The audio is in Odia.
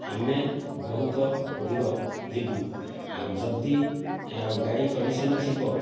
ଆମେ ବହୁତ ଦୂର ଯିବୁ ଆଉ ଯଦି ଆଉ ଗାଡ଼ି କଣ୍ଡିସନ୍ ଥିବ